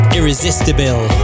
Irresistible